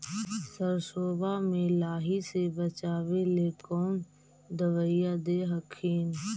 सरसोबा मे लाहि से बाचबे ले कौन दबइया दे हखिन?